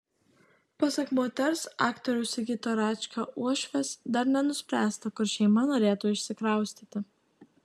pasak moters aktoriaus sigito račkio uošvės dar nenuspręsta kur šeima norėtų išsikraustyti